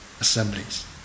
assemblies